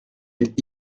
mit